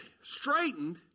straightened